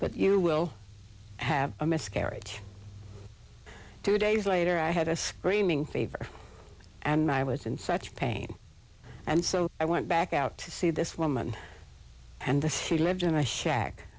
but you will have a miscarriage two days later i had a spring fever and i was in such pain and so i went back out to see this woman and she lived in a sha